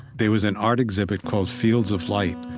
there was an art exhibit called fields of light,